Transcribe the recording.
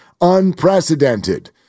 unprecedented